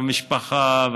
והמשפחה,